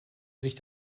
sich